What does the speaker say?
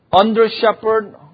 under-shepherd